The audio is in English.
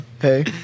hey